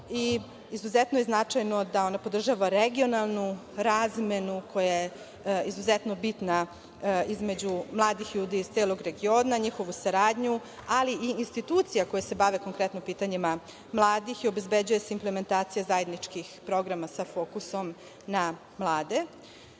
Izuzetno je značajno da ona podržava regionalnu razmenu koja je izuzetno bitna između mladih ljudi iz celog regiona, njihovu saradnju, ali i institucija koje se bave konkretno pitanjima mladih i obezbeđuje se implementacija zajedničkih programa sa fokusom na mlade. Kao